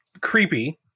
creepy